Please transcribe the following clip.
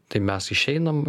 tai mes išeinam